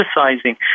emphasizing